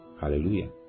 Hallelujah